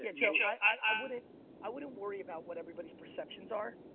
yeah joe joe i wouldn't i wouldn't worry about what everybody's perceptions are.